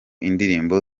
indirimbo